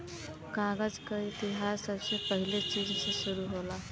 कागज क इतिहास सबसे पहिले चीन से शुरु होला